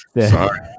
Sorry